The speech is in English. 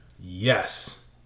Yes